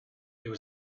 there